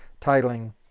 titling